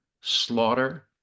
slaughter